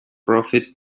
profit